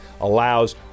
allows